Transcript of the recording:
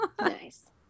Nice